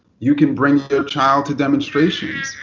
you can bring your child to demonstrations.